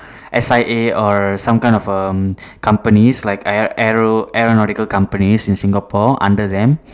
S_I_A or some kind of um companies like aero aeronautical companies in Singapore under them